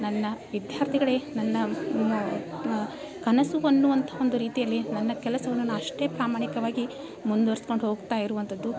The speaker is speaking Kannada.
ನನ್ನ ವಿದ್ಯಾರ್ಥಿಗಳೇ ನನ್ನ ಕನಸು ಅನ್ನುವಂಥ ಒಂದು ರೀತಿಯಲ್ಲಿ ನನ್ನ ಕೆಲಸವನ್ನು ನಾ ಅಷ್ಟೇ ಪ್ರಾಮಾಣಿಕವಾಗಿ ಮುಂದುವರ್ಸ್ಕೊಂಡು ಹೋಗ್ತಾ ಇರುವಂಥದ್ದು